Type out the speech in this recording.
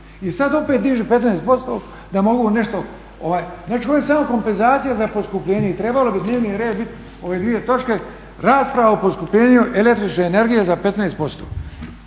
I sad opet dižu 15%. Ja ću reći samo kompenzacija za poskupljenje i trebao bi dnevni red biti ove dvije točke rasprava o poskupljenju električne energije za 15%.